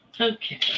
Okay